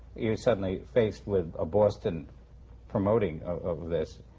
you're suddenly faced with a boston promoting of this,